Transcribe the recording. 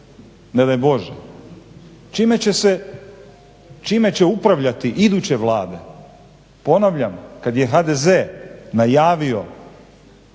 ne daj Bože, čime će upravljati iduće Vlade ponavljam kad je HDZ najavio